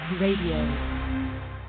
Radio